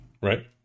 Right